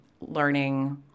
learning